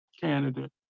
candidate